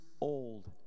old